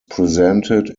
presented